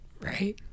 Right